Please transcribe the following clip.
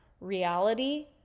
reality